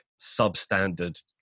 substandard